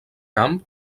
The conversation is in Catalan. camp